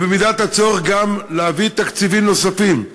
ובמידת הצורך גם להביא תקציבים נוספים.